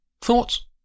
Thoughts